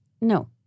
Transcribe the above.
No